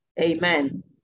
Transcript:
Amen